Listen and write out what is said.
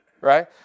Right